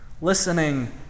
listening